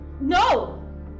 No